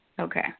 Okay